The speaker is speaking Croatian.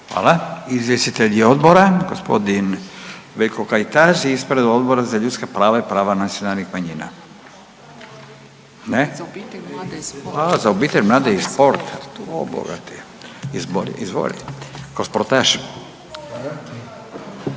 Hvala. Izvjestitelji odbora, g. Veljko Kajtazi ispred Odbora za ljudska prava i prava nacionalnih manjina. Izvolite. Ne? A, za obitelj, mlade i sport, o Boga ti, izbori. Izvoli. Kao